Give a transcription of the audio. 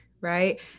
Right